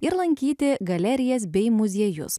ir lankyti galerijas bei muziejus